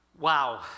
Wow